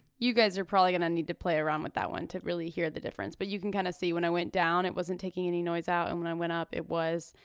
you guys are probably gonna need to play around with that one to really hear the difference. but you can kinda kind of see when i went down it wasn't taking any noise out and when i went up, it was.